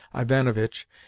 Ivanovitch